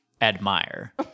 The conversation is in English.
admire